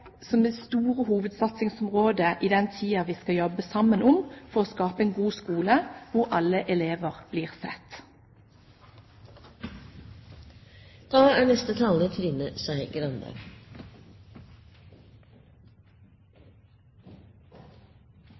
som det store hovedsatsingsområdet i den tiden vi skal jobbe sammen for å skape en god skole, hvor alle elever blir sett. Jeg vil begynne med å takke Høyre for interpellasjonen. Dette er